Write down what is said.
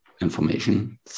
information